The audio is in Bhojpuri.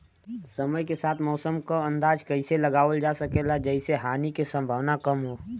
समय के साथ मौसम क अंदाजा कइसे लगावल जा सकेला जेसे हानि के सम्भावना कम हो?